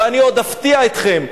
ואנחנו עכשיו מתווכחים על המיגון.